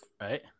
Right